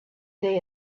they